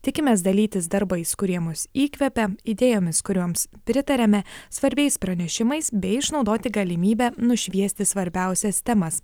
tikimės dalytis darbais kurie mus įkvepia idėjomis kurioms pritariame svarbiais pranešimais bei išnaudoti galimybę nušviesti svarbiausias temas